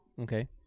Okay